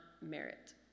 merit